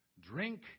drink